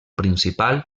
principal